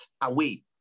away